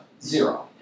zero